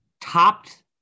topped